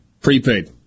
prepaid